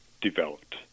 developed